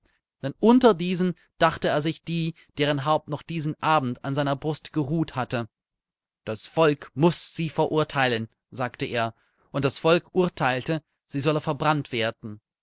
denn unter diesen dachte er sich die deren haupt noch diesen abend an seiner brust geruht hatte das volk muß sie verurteilen sagte er und das volk urteilte sie solle verbrannt werden